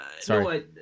Sorry